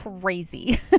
crazy